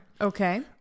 Okay